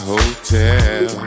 Hotel